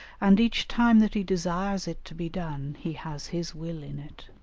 and each time that he desires it to be done, he has his will in it.